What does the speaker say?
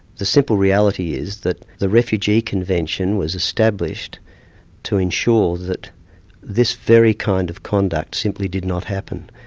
the simple reality is that the refugee convention was established to ensure that this very kind of conduct simply did not happen,